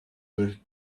work